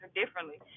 differently